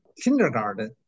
kindergarten